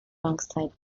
alongside